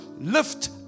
lift